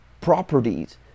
properties